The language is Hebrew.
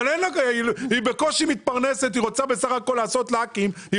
היא בקושי מתפרנסת ורוצה בסך הכל לעשות לקים.